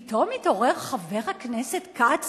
פתאום התעורר חבר הכנסת כץ